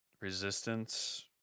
resistance